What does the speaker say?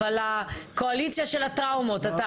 אבל הקואליציה של הטראומות.